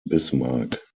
bismarck